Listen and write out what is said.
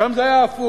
שם זה היה הפוך.